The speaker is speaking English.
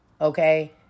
okay